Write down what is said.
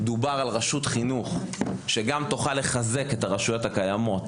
ודובר על רשות חינוך שגם תוכל לחזק את הרשויות הקיימות